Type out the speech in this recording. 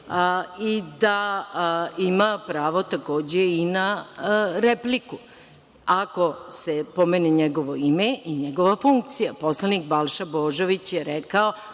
i ima pravo takođe na repliku ako se pomene njegovo ime i njegova funkcija. Poslanik Balša Božović je rekao